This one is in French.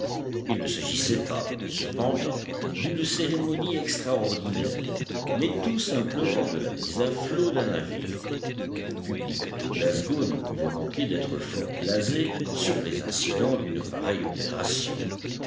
il ne s'agissait pas cependant d'une cérémonie extraordinaire mais tout simplement de la mise à flot d'un navire le public de glasgow ne pouvait manquer d'être fort blasé sur les incidents d'une pareille opération